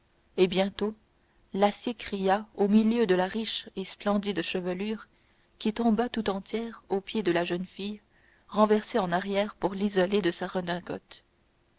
et bientôt l'acier cria au milieu de la riche et splendide chevelure qui tomba tout entière aux pieds de la jeune fille renversée en arrière pour l'isoler de sa redingote